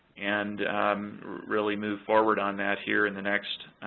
and really move forward on that here in the next,